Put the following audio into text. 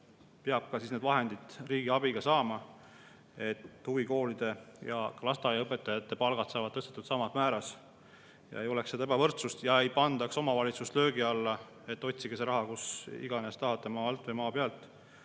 peab ka siis need vahendid riigi abiga saama, et huvikoolide ja lasteaiaõpetajate palgad oleksid tõstetud samas määras, et ei oleks ebavõrdsust ja ei pandaks omavalitsust löögi alla, et otsige see raha, kust iganes tahate, maa alt või maa pealt,